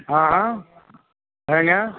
ہاں ہاں بھاٮٔی جان